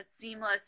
seamless